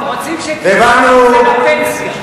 הם רוצים, לפנסיה.